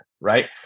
right